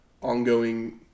ongoing